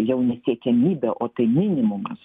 jau ne siekiamybė o tai minimumas